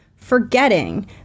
forgetting